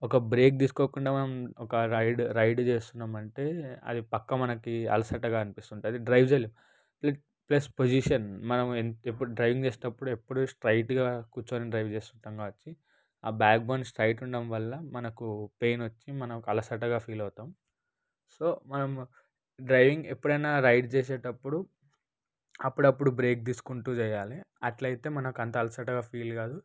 ఒక బ్రేక్ తీసుకోకుండా మనం ఒక రైడ్ రైడ్ చేస్తున్నమంటే అది పక్కా మనకి అలసటగా అనిపిస్తుంటుంది డ్రైవ్ చెయ్యలేం ప్లస్ పొజిషన్ మనం ఎప్పుడు డ్రైవింగ్ చేసేటప్పుడు ఎప్పుడు స్ట్రైట్గా కూర్చొని డ్రైవ్ చేస్తుంటాం కాబట్టి అలా ఆ బ్యాక్ బోన్ స్ట్రైట్ ఉండడం వల్ల మనకు పెయిన్ వచ్చి మనం అలసటగా ఫీల్ అవుతాం సో మనం డ్రైవింగ్ ఎప్పుడైనా రైడ్ చేసేటప్పుడు అప్పుడప్పుడు బ్రేక్ తీసుకుంటూ చెయ్యాలి అట్లయితే మనకు అంత అలసటగా ఫీల్ కాదు